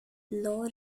law